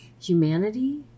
humanity